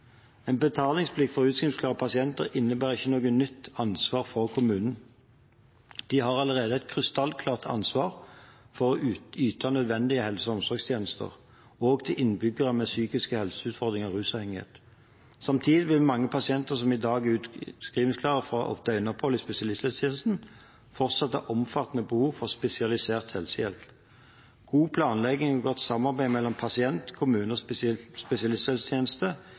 En betalingsplikt for utskrivningsklare pasienter innebærer ikke noe nytt ansvar for kommunene. De har allerede et krystallklart ansvar for å yte nødvendige helse- og omsorgstjenester, også til innbyggere med psykiske helseutfordringer og rusavhengighet. Samtidig vil mange av pasientene som i dag er utskrivningsklare fra døgnopphold i spesialisthelsetjenesten, fortsatt ha omfattende behov for spesialisert helsehjelp. God planlegging og godt samarbeid mellom pasient, kommune og spesialisthelsetjeneste